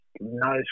no